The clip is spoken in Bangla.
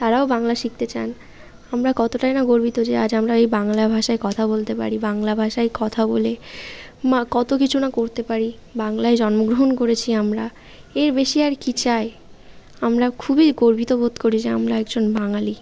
তারাও বাংলা শিখতে চান আমরা কতটাই না গর্বিত যে আজ আমরা এই বাংলা ভাষায় কথা বলতে পারি বাংলা ভাষায় কথা বলে কত কিছু না করতে পারি বাংলায় জন্মগ্রহণ করেছি আমরা এর বেশি আর কী চাই আমরা খুবই গর্বিত বোধ করি যে আমরা একজন বাঙালি